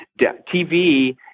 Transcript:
TV